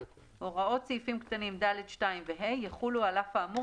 (ו)הוראות סעיפים קטנים (ד)(2) ו-(ה) יחולו על אף האמור